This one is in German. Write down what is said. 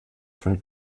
von